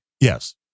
Yes